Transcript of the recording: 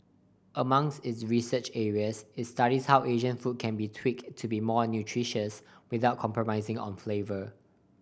among its research areas it studies how Asian food can be tweaked to be more nutritious without compromising on flavour